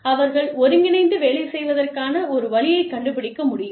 அவர்கள் ஒன்றிணைந்து வேலை செய்வதற்கான ஒரு வழியைக் கண்டுபிடிக்க முடியும்